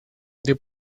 they